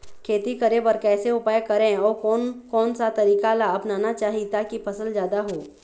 खेती करें बर कैसे उपाय करें अउ कोन कौन सा तरीका ला अपनाना चाही ताकि फसल जादा हो?